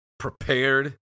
Prepared